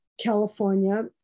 California